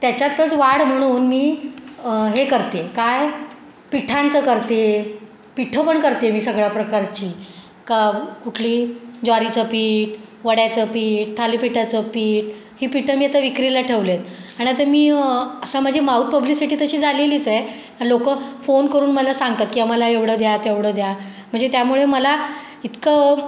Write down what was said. त्याच्यातच वाढ म्हणून मी हे करते काय पिठांचं करते पिठं पण करते मी सगळ्या प्रकारची का कुठली ज्वारीचं पीठ वड्याचं पीठ थालीपीठाचं पीठ ही पीठं मी आता विक्रीला ठेवले आहेत आणि आता मी असं माझी माऊथ पब्लिसिटी तशी झालेलीच आहे आणि लोक फोन करून मला सांगतात की आम्हाला एवढं द्या तेवढं द्या म्हणजे त्यामुळे मला इतकं